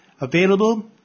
available